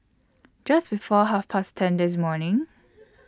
Just before Half Past ten This morning